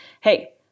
Hey